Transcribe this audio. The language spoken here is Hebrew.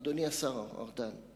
אדוני השר ארדן,